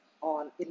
on